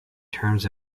terms